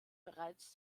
bereits